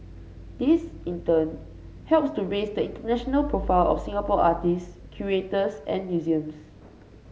this in turn helps to raise the international profile of Singapore artists curators and museums